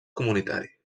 comunitari